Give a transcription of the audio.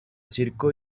circo